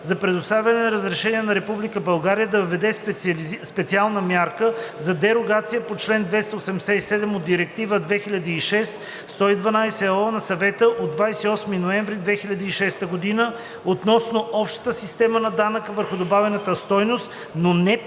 за предоставяне на разрешение на Република България да въведе специална мярка за дерогация по чл. 287 от Директива 2006/112/ЕО на Съвета от 28 ноември 2006 г. относно общата система на данъка върху добавената стойност, но не преди